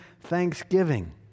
thanksgiving